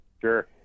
Sure